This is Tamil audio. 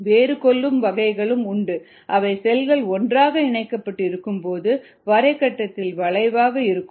வேறு கொல்லும் வகைகளும் உண்டு அவை செல்கள் ஒன்றாக இணைக்கப்பட்டு இருக்கும்போது வரை கட்டத்தில் வளைவாக இருக்கும்